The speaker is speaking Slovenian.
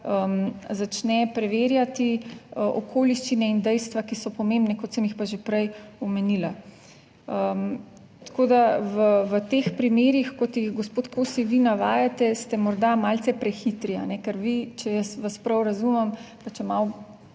preverjati okoliščine in dejstva, ki so pomembne, kot sem jih pa že prej omenila. Tako, da v teh primerih, kot jih gospod Kosi vi navajate, ste morda malce prehitri, ker vi, če jaz vas prav razumem, pa če malo